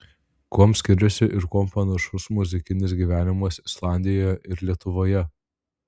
kuom skiriasi ir kuom panašus muzikinis gyvenimas islandijoje ir lietuvoje